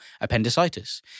appendicitis